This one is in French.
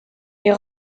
est